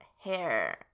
hair